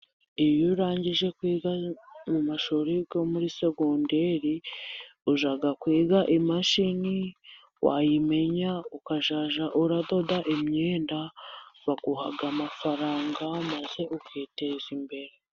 Iyo urangije kwiga mu mashuri yo muri secondari, uza kwiga imashini wayimenya ukazajya uradoda imyenda baguha amafaranga maze ukiteza imbere.